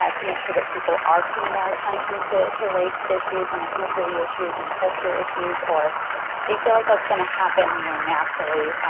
ah to make sure that people are paying more attention to to race issues and ethnicity issues and culture issues? or do you feel like that's going to happen more naturally,